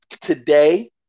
today